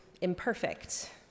imperfect